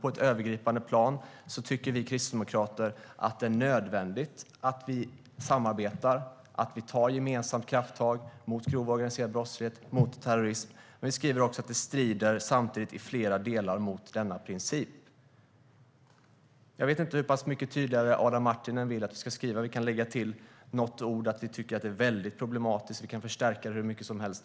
På ett övergripande plan tycker vi kristdemokrater att det är nödvändigt att vi samarbetar och tar gemensamt krafttag mot grov organiserad brottslighet och terrorism. Vi skriver också att det samtidigt i flera delar strider mot denna princip. Jag vet inte hur pass mycket tydligare Adam Marttinen vill att vi ska skriva. Vi kan lägga till några ord om att vi tycker att det är väldigt problematiskt. Vi kan förstärka det hur mycket som helst.